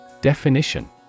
Definition